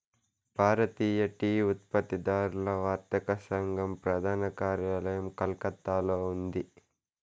భారతీయ tea ఉత్పత్తిదారుల వర్తక సంఘం ప్రధాన కార్యాలయం కలకత్తాలో ఉంది